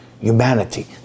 humanity